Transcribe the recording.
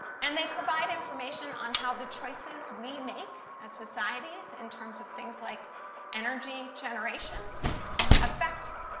and they provide information on how the choices we make as societies in terms of things like energy generation affect